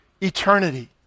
eternity